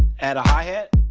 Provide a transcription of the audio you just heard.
add a hi-hat.